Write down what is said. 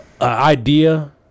idea